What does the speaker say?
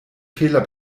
fehler